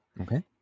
Okay